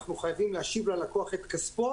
אנחנו חייבים להשיב ללקוח את כספו